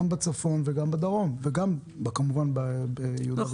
גם בצפון, גם בדרום, וגם כמובן ביהודה ושומרון.